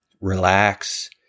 Relax